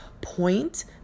point